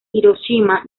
hiroshima